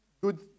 good